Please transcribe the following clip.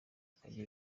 akajya